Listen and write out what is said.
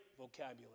vocabulary